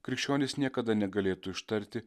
krikščionys niekada negalėtų ištarti